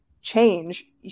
change